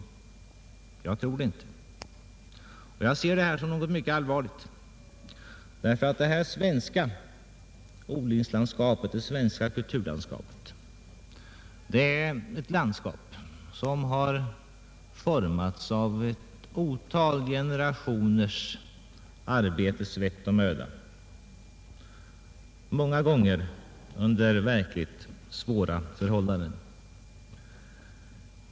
Jag tror det inte. Jag ser detta som något mycket allvarligt. Ty detta svenska odlingslandskap, det svenska kulturlandskapet, är ett landskap som har formats av ett otal generationers arbete, svett och möda, många gånger under verkligt svåra förhållanden.